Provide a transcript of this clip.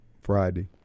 Friday